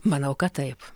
manau kad taip